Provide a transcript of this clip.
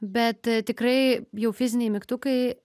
bet tikrai jau fiziniai mygtukai